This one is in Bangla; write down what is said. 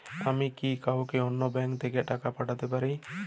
আমি কি কাউকে অন্য ব্যাংক থেকে টাকা পাঠাতে পারি?